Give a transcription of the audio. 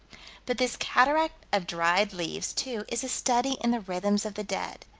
but this cataract of dried leaves, too, is a study in the rhythms of the dead.